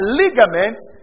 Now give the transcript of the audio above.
ligaments